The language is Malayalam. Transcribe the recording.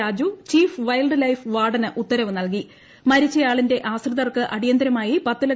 രാജു ചീഫ് വൈൽഡ് ലൈഫ് വാർഡന് ഉത്തരവ് മരിച്ചയാളിന്റെ ആശ്രിതർക്ക് അടിയന്തിരമായി പത്ത് നൽകി